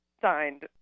signed